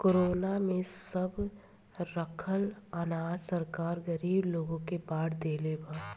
corona में सब रखल अनाज सरकार गरीब लोग के बाट देहले बा